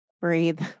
breathe